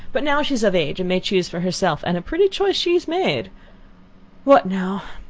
but now she is of age and may choose for herself and a pretty choice she has made what now,